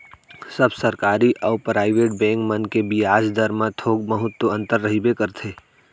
सब सरकारी अउ private bank मन के बियाज दर म थोक बहुत तो अंतर रहिबे करथे